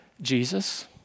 Jesus